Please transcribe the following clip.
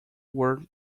were